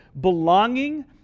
belonging